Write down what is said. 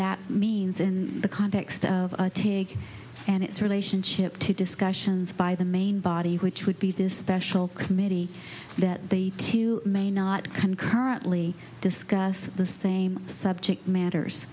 that means in the context of a take and its relationship to discussions by the main body which would be to a special committee that they too may not concurrently discuss the same subject matters